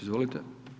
Izvolite.